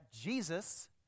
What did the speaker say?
Jesus